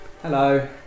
Hello